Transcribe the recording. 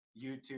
youtube